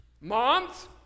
Moms